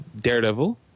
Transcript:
Daredevil